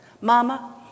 Mama